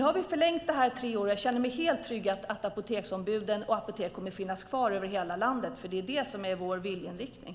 Nu har vi förlängt det här tre år, och jag känner mig helt trygg i att apoteksombuden och apotek kommer att finnas kvar över hela landet. Det är det som är vår viljeinriktning.